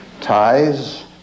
ties